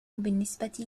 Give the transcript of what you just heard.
بالنسبة